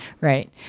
right